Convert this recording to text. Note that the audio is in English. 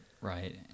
right